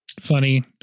funny